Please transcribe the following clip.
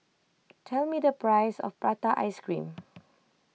tell me the price of Prata Ice Cream